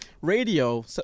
Radio